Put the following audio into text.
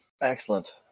Excellent